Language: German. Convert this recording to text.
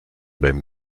beim